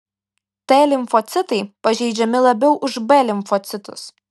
t limfocitai pažeidžiami labiau už b limfocitus